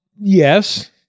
yes